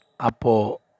Apo